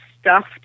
stuffed